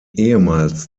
ehemals